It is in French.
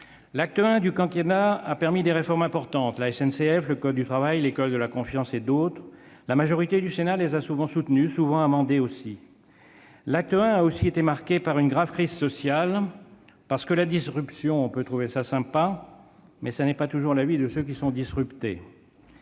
L'acte I du quinquennat a permis des réformes importantes : la SNCF, le code du travail, l'école de la confiance, notamment. La majorité du Sénat les a souvent soutenues, souvent amendées aussi. Eh oui ! L'acte I a également été marqué par une grave crise sociale, parce que la disruption, on peut trouver ça sympa, mais ce n'est pas toujours l'avis de ceux qui sont disruptés